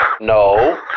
No